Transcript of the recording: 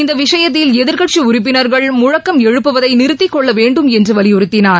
இந்த விஷயத்தில் எதிர்க்கட்சி உறுப்பினர்கள் முழக்கம் எழுப்புவதை நிறுத்திக் கொள்ள வேண்டும் என்று வலியுறுத்தினார்